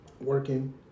working